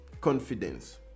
confidence